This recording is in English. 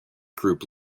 group